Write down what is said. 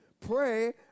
Pray